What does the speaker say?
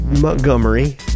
Montgomery